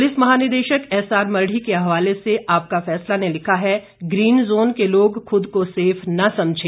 police महानिदेशक S R Mardi के हवाले से आपका फैसला ने लिखा है ग्रीन जोन के लोग खुद को सेफ न समझें